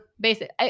basic